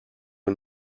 une